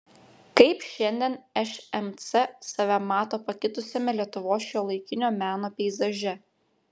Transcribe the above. kaip šiandien šmc save mato pakitusiame lietuvos šiuolaikinio meno peizaže